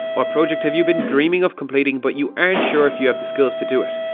what project have you been dreaming of completing, but you aren't sure if you have the skills to do it.